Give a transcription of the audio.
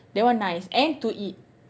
that one nice and to eat